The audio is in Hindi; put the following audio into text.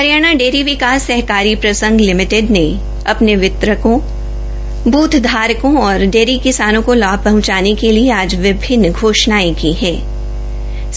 हरियाणा डेयरी विकास सहकारी प्रसंघ लिमिटेड ने अपने वितरकों बूथ धारकों और डेयरी किसानों को लाभ पहंचाने के लिए आज विभिन्न योजनाओं की घोषणा की है